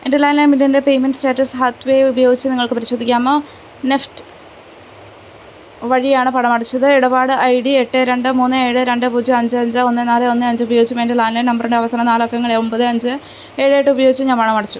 എൻ്റെ landline ബില്ലിൻ്റെ payment status Hathway ഉപയോഗിച്ച് നിങ്ങൾക്ക് പരിശോധിക്കാമോ നെഫ്റ്റ് വഴിയാണ് പണമടച്ചത് ഇടപാട് ഐ ഡി എട്ട് രണ്ട് മൂന്ന് ഏഴ് രണ്ട് പൂജ്യം അഞ്ച് അഞ്ച് ഒന്ന് നാല് ഒന്ന് അഞ്ച് ഉപയോഗിച്ചും എൻ്റെ ലാൻഡ് ലൈൻ നമ്പറിൻ്റെ അവസാന നാല് അക്കങ്ങളെ ഒൻപത് അഞ്ച് ഏഴ് എട്ട് ഉപയോഗിച്ചും ഞാൻ പണം അടച്ചു